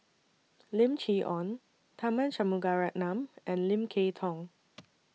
Lim Chee Onn Tharman Shanmugaratnam and Lim Kay Tong